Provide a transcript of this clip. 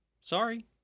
sorry